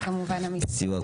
כמובן בסיוע של המשרדים.